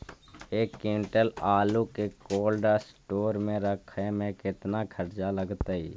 एक क्विंटल आलू के कोल्ड अस्टोर मे रखे मे केतना खरचा लगतइ?